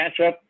matchup